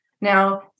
Now